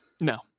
no